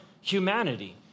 humanity